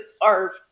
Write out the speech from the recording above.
our-